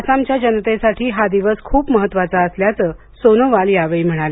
आसामच्या जनतेसाठी हा दिवस खूप महत्वाचा असल्याचे सोनोवाल या वेळी म्हणाले